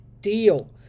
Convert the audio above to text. deal